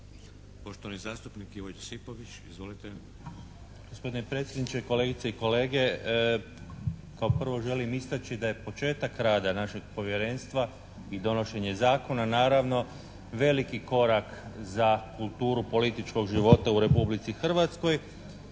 izvolite. **Josipović, Ivo (Nezavisni)** Gospodine predsjedniče, kolegice i kolege! Kao prvo želim istaći da je početak rada našeg povjerenstva i donošenje zakona naravno veliki korak za kulturu političkog života u Republici Hrvatskoj